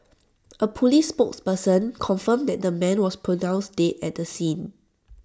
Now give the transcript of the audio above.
A Police spokesperson confirmed that the man was pronounced dead at the scene